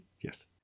Yes